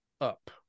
up